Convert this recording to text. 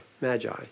magi